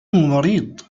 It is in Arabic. مريض